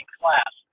class